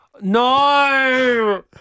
No